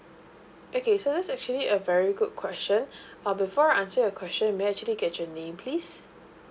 okay so that's actually a very good question um before I answer your question may I actually get your name please